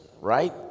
right